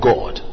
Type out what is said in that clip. God